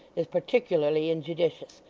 is particularly injudicious.